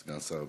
סגן שר הביטחון.